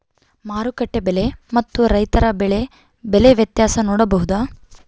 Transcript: ಮಾರುಕಟ್ಟೆ ಬೆಲೆ ಮತ್ತು ರೈತರ ಬೆಳೆ ಬೆಲೆ ವ್ಯತ್ಯಾಸ ನೋಡಬಹುದಾ?